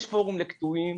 יש פורום לקטועים,